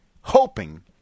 hoping